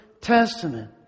Testament